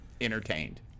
entertained